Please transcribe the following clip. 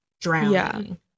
drowning